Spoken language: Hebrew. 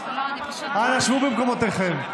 אנא, שבו במקומותיכם.